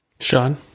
Sean